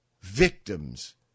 victims